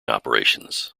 operations